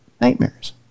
nightmares